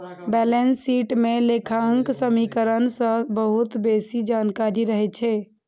balance sheet मे लेखांकन समीकरण सं बहुत बेसी जानकारी रहै छै